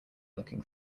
looking